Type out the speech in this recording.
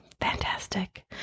Fantastic